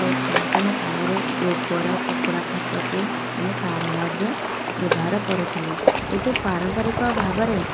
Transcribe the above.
ଓ ପୁରାତନ କାଳରେ ଗୋବର କୁକୁଡ଼ା ଖତକୁ ଆମେ ସାର ଭାବରେ ବ୍ୟବହାର କରୁଥିଲୁ ଏବେ ପାରମ୍ପରିକ ଭାବରେ